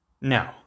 No